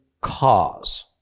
cause